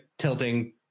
tilting